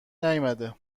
نیومده